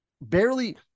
Barely